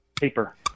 Paper